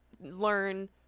learn